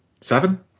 seven